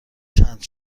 چند